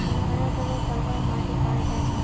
कर्नाटकत कलवा माटी पाल जा छेक